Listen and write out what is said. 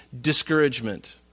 discouragement